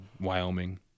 Wyoming